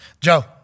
Joe